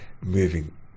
moving